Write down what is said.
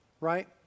right